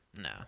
No